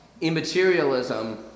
immaterialism